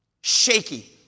Shaky